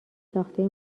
ساخته